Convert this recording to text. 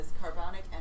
carbonic